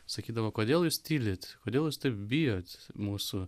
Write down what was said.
sakydavo kodėl jūs tylit kodėl jūs bijot mūsų